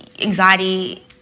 anxiety